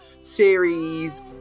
series